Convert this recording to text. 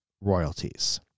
royalties